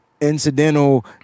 incidental